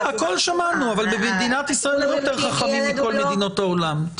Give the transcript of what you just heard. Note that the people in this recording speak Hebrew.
הכול שמענו אבל במדינת ישראל יש יותר חכמים מכל מדינות העולם.